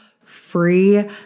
free